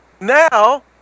Now